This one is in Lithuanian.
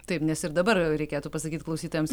taip nes ir dabar reikėtų pasakyti klausytojams